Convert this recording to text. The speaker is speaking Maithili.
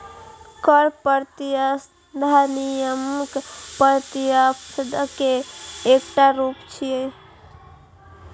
कर प्रतिस्पर्धा नियामक प्रतिस्पर्धा के एकटा रूप छियै